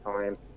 time